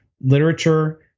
literature